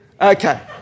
Okay